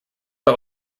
but